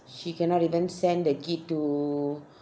she cannot even send the kid to